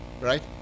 right